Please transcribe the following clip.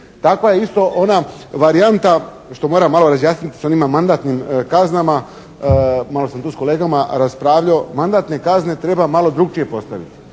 Takva je isto ona varijanta što moram malo razjasniti s onim mandatnim kaznama, malo sam tu s kolegama raspravljao. Mandatne kazne treba malo drukčije postaviti.